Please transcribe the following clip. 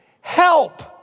help